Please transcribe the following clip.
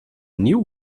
new